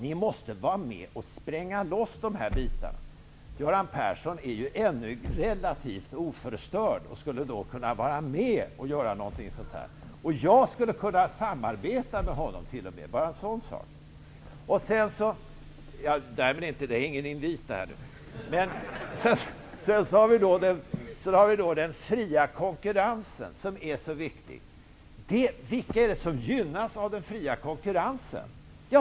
Ni måste vara med och spränga loss de här bitarna. Göran Persson är fortfarande relativt oförstörd och skulle kunna vara med och göra något sådant. Jag skulle t.o.m. kunna samarbeta med honom -- bara en sådan sak. Det här var ingen invit. Den fria konkurrensen är så viktig. Vem är det som gynnas av den fria konkurrensen?